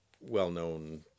well-known